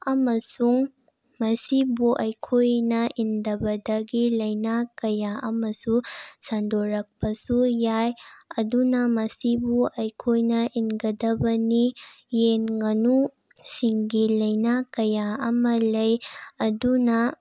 ꯑꯃꯁꯨꯡ ꯃꯁꯤꯕꯨ ꯑꯩꯈꯣꯏꯅ ꯏꯟꯗꯕꯗꯒꯤ ꯂꯩꯅꯥ ꯀꯌꯥ ꯑꯃꯁꯨ ꯁꯟꯗꯣꯔꯛꯄꯁꯨ ꯌꯥꯏ ꯑꯗꯨꯅ ꯃꯁꯤꯕꯨ ꯑꯩꯈꯣꯏꯅ ꯏꯟꯒꯗꯕꯅꯤ ꯌꯦꯟ ꯉꯥꯅꯨꯁꯤꯡꯒꯤ ꯂꯩꯅꯥ ꯀꯌꯥ ꯑꯃ ꯂꯩ ꯑꯗꯨꯅ